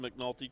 McNulty